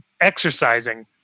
exercising